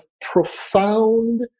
profound